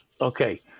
Okay